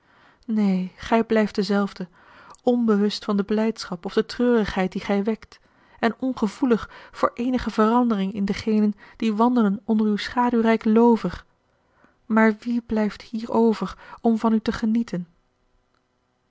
neen gij blijft dezelfde onbewust van de blijdschap of de treurigheid die gij wekt en ongevoelig voor eenige verandering in degenen die wandelen onder uw schaduwrijk loover maar wie blijft hier over om van u te genieten